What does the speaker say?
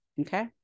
Okay